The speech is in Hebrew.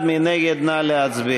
1, כהצעת הוועדה,